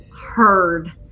heard